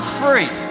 free